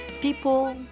people